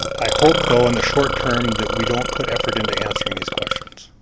i hope though in the short term that we don't put effort into answering these questions.